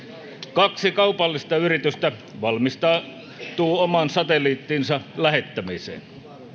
kaksi kaupallista yritystä valmistautuu oman satelliittinsa lähettämiseen suomi